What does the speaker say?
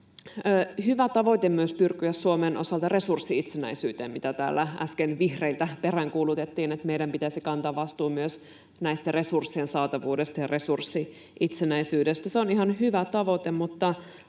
hyvä tavoite pyrkiä Suomen osalta resurssi-itsenäisyyteen, mitä täällä äsken vihreiltä peräänkuulutettiin, että meidän pitäisi kantaa vastuu myös resurssien saatavuudesta ja resurssi-itsenäisyydestä. Se on ihan hyvä tavoite,